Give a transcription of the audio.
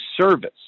service